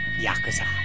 Yakuza